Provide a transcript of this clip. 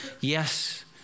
Yes